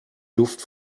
duft